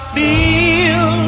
feel